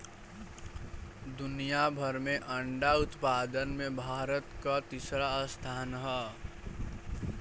दुनिया भर में अंडा उत्पादन में भारत कअ तीसरा स्थान हअ